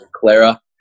Clara